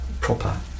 proper